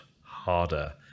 harder